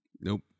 Nope